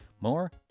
more